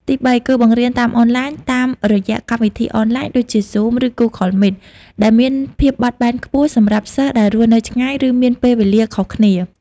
ទីបី គឺបង្រៀនតាមអនឡាញ តាមរយៈកម្មវិធីអនឡាញដូចជា Zoom ឬ Google Meet ដែលមានភាពបត់បែនខ្ពស់សម្រាប់សិស្សដែលរស់នៅឆ្ងាយ ឬមានពេលវេលាខុសគ្នា។